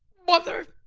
mother!